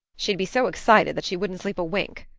she'd be so excited that she wouldn't sleep a wink.